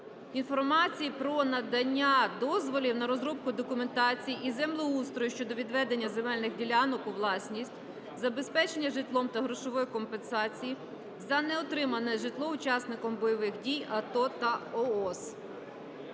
інформації про надання дозволів на розробку документації із землеустрою щодо відведення земельних ділянок у власність, забезпечення житлом та грошової компенсації, за неотримане житло учасникам бойових дій - АТО та ООС.